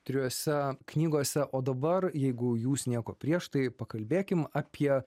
trijose knygose o dabar jeigu jūs nieko prieš tai pakalbėkim apie